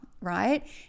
right